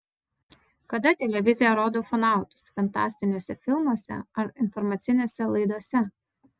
kada televizija rodo ufonautus fantastiniuose filmuose ar informacinėse laidose